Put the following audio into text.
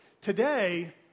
Today